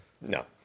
No